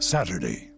Saturday